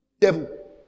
devil